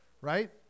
right